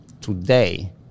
Today